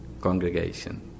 congregation